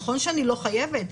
נכון שאני לא חייבת,